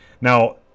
Now